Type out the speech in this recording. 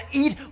eat